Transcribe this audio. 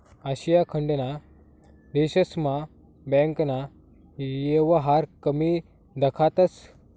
आशिया खंडना देशस्मा बँकना येवहार कमी दखातंस